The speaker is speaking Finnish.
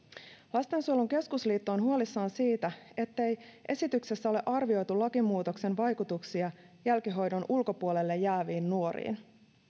lastensuojelun keskusliitto on huolissaan siitä ettei esityksessä ole arvioitu lakimuutoksen vaikutuksia jälkihuollon ulkopuolelle jääviin nuoriin